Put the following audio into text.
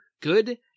Good